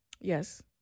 Yes